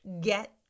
get